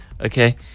Okay